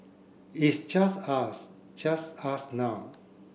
is just us just us now